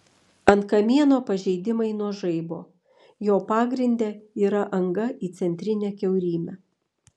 ant kamieno pažeidimai nuo žaibo jo pagrinde yra anga į centrinę kiaurymę